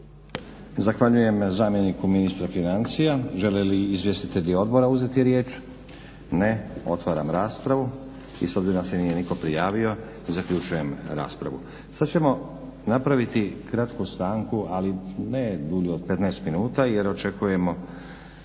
Zahvaljujem zamjeniku ministra financija. Žele li izvjestitelji odbora uzeti riječ? Ne. Otvaram raspravu. S obzirom da se nije nitko prijavio zaključujem raspravu. Sad ćemo napraviti kratku stanku, ali ne dulju od 15 minuta, jer očekujemo